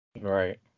Right